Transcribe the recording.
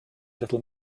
little